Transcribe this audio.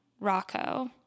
Rocco